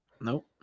Nope